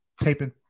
taping